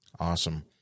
Awesome